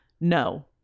No